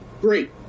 Great